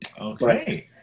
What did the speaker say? Okay